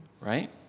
right